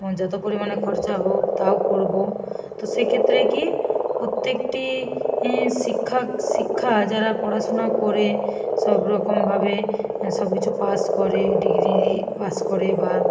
এবং যতো পরিমাণে খরচা হোক তাও করবো তো সেক্ষেত্রে কী প্রত্যেকটি ই শিক্ষক শিক্ষা যারা পড়াশোনা করে সব রকমভাবে এ সব কিছু পাস করে ডিগ্রি দিয়ে পাস করে বা